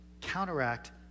counteract